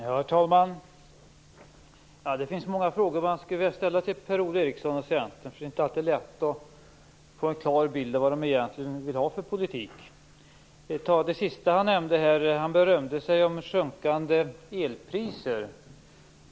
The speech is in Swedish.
Herr talman! Det finns många frågor man skulle vilja ställa till Per-Ola Eriksson och Centern. Det är inte alltid lätt att få en klar bild av vad de egentligen vill ha för politik. Ta t.ex. det sista han nämnde här. Han berömde sig om sjunkande elpriser.